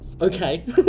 okay